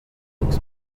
linux